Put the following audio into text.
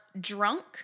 drunk